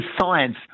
science